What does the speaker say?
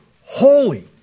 holy